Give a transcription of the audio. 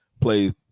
plays